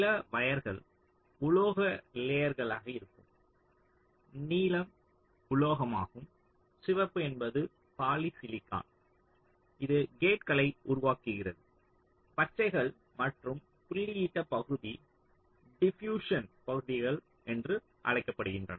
சில வயர்கள் உலோக லேயர்களாக இருக்கும் நீலம் உலோகமாகும் சிவப்பு என்பது பாலிசிலிகான் இது கேட்களை உருவாக்குகிறது பச்சைகள் மற்றும் புள்ளியிடப்பட்ட பகுதிகள் டிபியுஸ்சன் பகுதிகள் என்று அழைக்கப்படுகின்றன